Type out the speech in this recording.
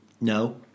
No